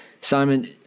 Simon